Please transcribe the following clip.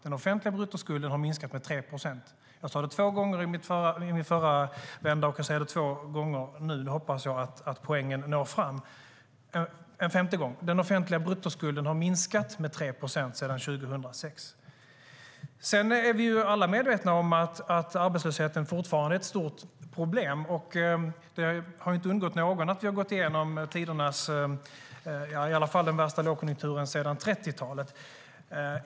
Den offentliga bruttoskulden har minskat med 3 procent. Jag sade det två gånger i förra vändan, och jag säger det två gånger nu. Jag hoppas att poängen når fram. Jag säger det en femte gång: Den offentliga bruttoskulden har minskat med 3 procent sedan 2006. Vi är alla medvetna om att arbetslösheten fortfarande är ett stort problem. Det har inte undgått någon att vi har gått igenom den värsta lågkonjunkturen sedan 30-talet.